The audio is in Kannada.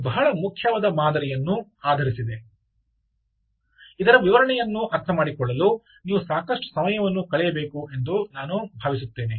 ಇದು ಬಹಳ ಮುಖ್ಯವಾದ ಮಾದರಿಯನ್ನು ಆಧರಿಸಿದೆ ಇದರ ವಿವರಣೆಯನ್ನು ಅರ್ಥಮಾಡಿಕೊಳ್ಳಲು ನೀವು ಸಾಕಷ್ಟು ಸಮಯವನ್ನು ಕಳೆಯಬೇಕು ಎಂದು ನಾನು ಭಾವಿಸುತ್ತೇನೆ